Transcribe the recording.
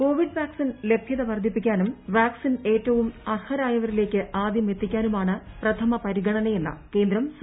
Covid vaccine ലഭ്യത വർദ്ധിപ്പിക്കാനും vaccine ഏറ്റവും ്ന ആർഹരായവരിലേക്ക് ആദ്യാ എത്തിക്കാനുമാണ് ് പ്രഥമ പരിഗണനയെന്ന് കേന്ദ്രം സുപ്രീംകോടതിയിൽ